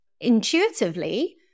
intuitively